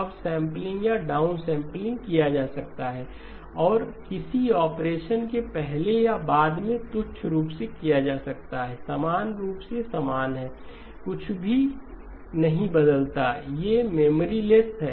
upsampling या downsampling किया जा सकता है और किसी ऑपरेशन के पहले या बाद में तुच्छ रूप से किया जा सकता है समान रूप से समान है कुछ भी नहीं बदलता है ये मेमोरी लेस्स हैं